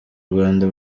rwanda